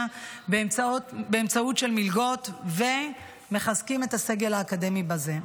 באמצעות מלגות ומחזקים את הסגל האקדמי בזה.